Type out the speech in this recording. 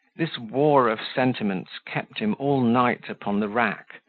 this war of sentiments kept him all night upon the rack,